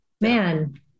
man